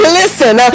listen